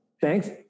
Thanks